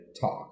talk